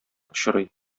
очрый